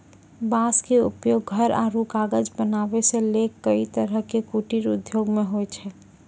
बांस के उपयोग घर आरो कागज बनावै सॅ लैक कई तरह के कुटीर उद्योग मॅ होय छै